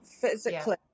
physically